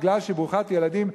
בגלל שהיא ברוכת ילדים,